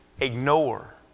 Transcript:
ignore